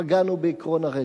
פגענו בעקרון הרצף.